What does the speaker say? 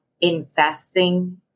investing